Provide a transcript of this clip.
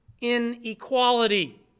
inequality